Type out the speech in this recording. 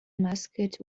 mascot